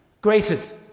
graces